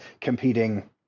competing